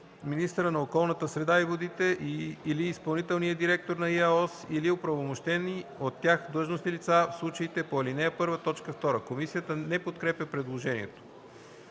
министъра на околната среда и водите или изпълнителния директор на ИАОС, или от оправомощени от тях длъжностни лица – в случаите по ал. 1, т. 2.” Комисията не подкрепя предложението.